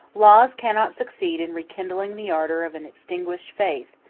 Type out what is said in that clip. laws cannot succeed in rekindling the ardor of an extinguished faith,